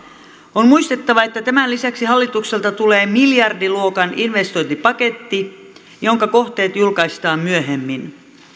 on muistettava että tämän lisäksi hallitukselta tulee miljardiluokan investointipaketti jonka kohteet julkaistaan myöhemmin